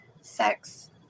sex